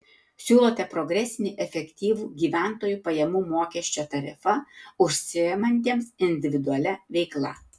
siūlote progresinį efektyvų gyventojų pajamų mokesčio tarifą užsiimantiems individualia veikla